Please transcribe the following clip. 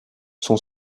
son